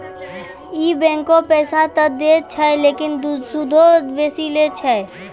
इ बैंकें पैसा त दै छै लेकिन सूदो बेसी लै छै